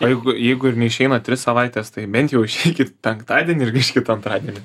o jeigu jeigu ir neišeina tris savaites tai bent jau išeikit penktadienį ir grįžkit antradienį